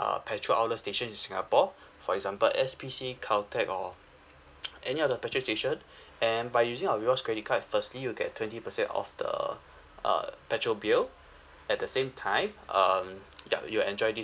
err petrol outlet stations in singapore for example S_P_C Caltex or any other petrol station and by using our rewards credit card firstly you'll get twenty percent off the uh petrol bill at the same time um ya you'll enjoy this